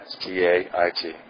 T-A-I-T